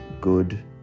Good